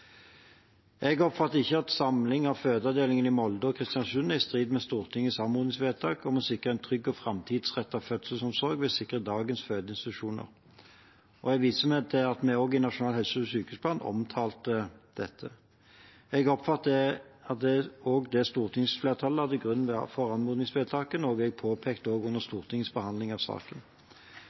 Jeg oppfatter ikke at samling av fødeavdelingene i Molde og Kristiansund er i strid med Stortingets anmodningsvedtak om å sikre en trygg og framtidsrettet fødselsomsorg ved å sikre dagens fødeinstitusjoner, og jeg viser til at vi omtalte dette i Nasjonal helse- og sykehusplan. Jeg oppfatter også at det er det stortingsflertallet la til grunn for anmodningsvedtaket, noe jeg påpekte under Stortingets behandling av saken.